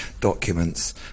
documents